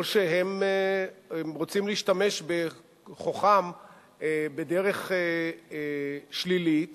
או שהם רוצים להשתמש בכוחם בדרך שלילית